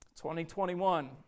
2021